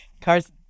cars